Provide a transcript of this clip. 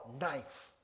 knife